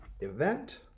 event